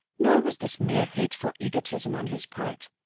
nor was this mere hateful egotism on his part.